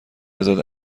ازت